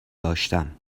داشتم